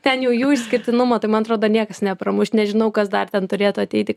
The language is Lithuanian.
ten jau jų išskirtinumą tai man atrodo niekas nepramuš nežinau kas dar ten turėtų ateiti